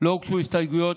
לא הוגשו הסתייגויות,